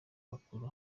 bakuru